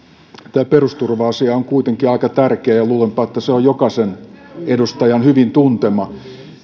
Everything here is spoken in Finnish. tämä perusturva asia on kuitenkin aika tärkeä ja ja luulenpa että se on jokaisen edustajan hyvin tuntema